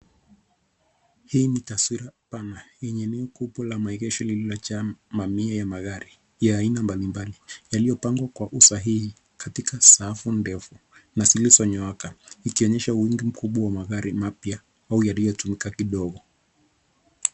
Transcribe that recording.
Hii ni taswira pana yenye eneo kubwa la maegesho lililojaa mamia ya magari ya aina mbalimbali yaliyopanga kwa usahihi katika safu ndefu na zilizonyooka ikionyesha wingi mkubwa wa magari mapya au yaliyotumika kidogo.